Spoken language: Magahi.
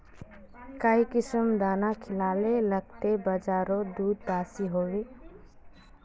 काई किसम दाना खिलाले लगते बजारोत दूध बासी होवे?